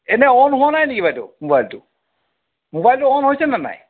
এনেই অন হোৱা নাই নেকি বাইদেউ মোবাইলটো মোবাইলটো অন হৈছেনে নাই